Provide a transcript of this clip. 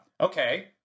Okay